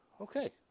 Okay